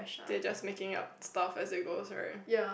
they just making up stuff as they goes right